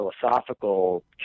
philosophical